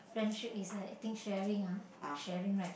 friendship is like I think sharing ah sharing right